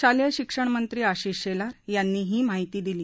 शालेय शिक्षण मंत्री आशिष शेलार यांनी ही माहिती दिली